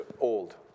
old